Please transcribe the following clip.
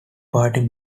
party